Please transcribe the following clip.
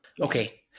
Okay